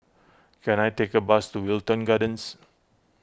can I take a bus to Wilton Gardens